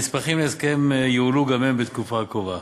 הנספחים להסכם יועלו גם הם בתקופה הקרובה.